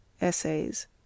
Essays